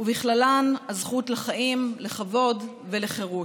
ובכללן הזכות לחיים, לכבוד ולחירות.